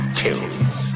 kills